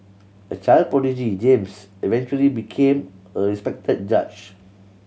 a child prodigy James eventually became a respected judge